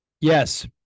Yes